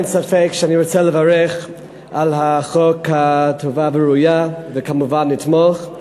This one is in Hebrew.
אין ספק שאני רוצה לברך על החוק הטוב והראוי וכמובן לתמוך.